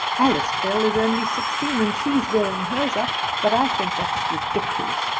alice bell is only sixteen and she is wearing hers up, but i think that's ridiculous.